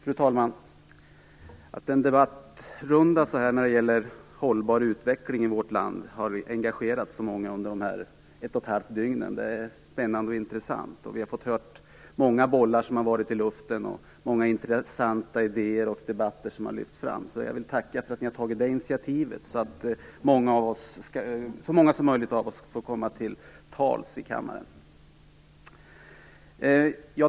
Fru talman! Att en debattrunda om hållbar utveckling i vårt land har engagerat så många under de gångna ett och ett halvt dygnen är spännande och intressant. Det är många bollar som har varit i luften, och många intressanta idéer och diskussioner har lyfts fram. Jag vill tacka för att man har tagit detta initiativ, som möjliggjort att så många har fått komma till tals i kammaren.